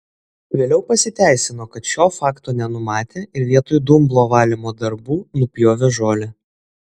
vėliau pasiteisino kad šio fakto nenumatė ir vietoj dumblo valymo darbų nupjovė žolę